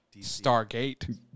stargate